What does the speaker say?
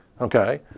Okay